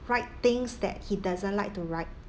write things that he doesn't like to write